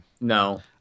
No